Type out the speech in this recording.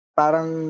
parang